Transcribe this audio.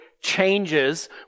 changes